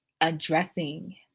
addressing